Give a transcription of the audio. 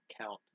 count